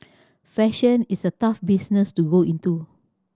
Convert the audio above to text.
fashion is a tough business to go into